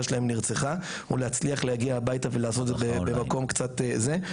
שלהם נרצחה או להצליח להגיע הביתה ולעשות את זה במקום קצת זה.